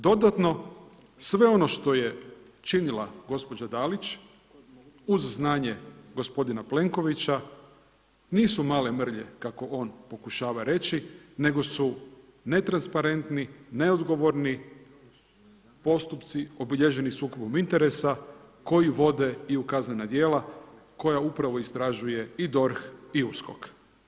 Dodatno, sve ono što je činila gospođa Dalić, uz znanje gospodina Plenkovića nisu male mrlje kako on pokušava reći, nego su netransparentni, neodgovorni postupci obilježeni sukobom interesa koji vode i u kaznena djela koja upravo istražuje i DORH i USKOK.